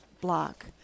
block